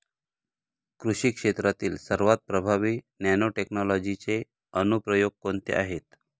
कृषी क्षेत्रातील सर्वात प्रभावी नॅनोटेक्नॉलॉजीचे अनुप्रयोग कोणते आहेत?